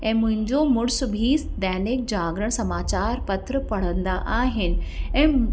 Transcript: ऐं मुंहिंजो मुड़ुस बि दैनिक जागरण समाचार पत्र पढ़ंदा आहिनि ऐं